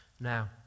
now